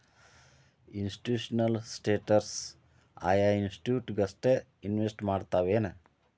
Institutional investors ಆಯಾ institute ಗಷ್ಟ invest ಮಾಡ್ತಾವೆನ್?